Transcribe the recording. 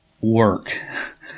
work